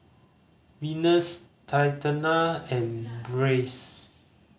Venice Tatianna and Brice